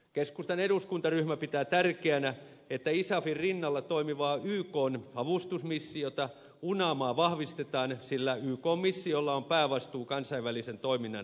keskustan eduskuntaryhmä pitää tärkeänä että isafin rinnalla toimivaa ykn avustusmissiota unamaa vahvistetaan sillä ykn missiolla on päävastuu kansainvälisen toiminnan koordinoimisesta